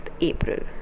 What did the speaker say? April